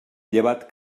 llevat